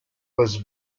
was